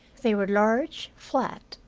they were large, flat,